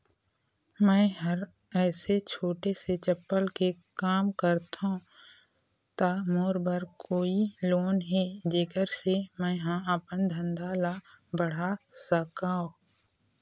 मैं हर ऐसे छोटे से चप्पल के काम करथों ता मोर बर कोई लोन हे जेकर से मैं हा अपन धंधा ला बढ़ा सकाओ?